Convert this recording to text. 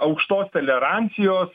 aukštos tolerancijos